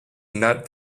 not